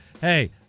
hey